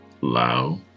Lao